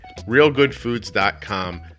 RealGoodFoods.com